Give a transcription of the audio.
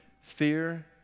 fear